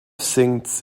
since